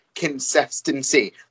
consistency